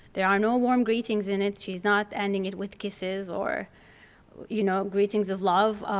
there are no warm greetings in it. she's not ending it with kisses or you know greetings of love.